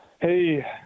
hey